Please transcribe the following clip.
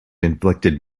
inflicted